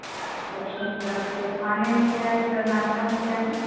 अच्छा अच्छा अच्छा तो खाने में क्या है सर नाश्ता में क्या है